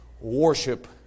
worship